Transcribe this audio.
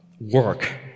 work